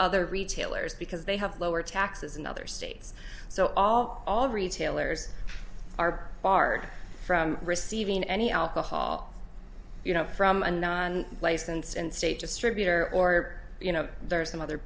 other retailers because they have lower taxes in other states so all all retailers are barred from receiving any alcohol you know from a non license and state distributor or you know there are some other